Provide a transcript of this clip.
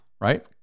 right